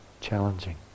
challenging